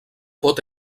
pot